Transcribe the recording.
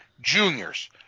juniors